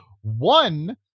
One